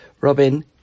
Robin